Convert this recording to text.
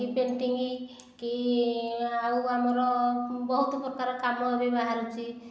କି ପେଣ୍ଟିଙ୍ଗ୍ କି ଆଉ ଆମର ବହୁତ ପ୍ରକାର କାମ ବି ବାହାରୁଛି